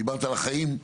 דיברת על החיים,